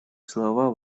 слова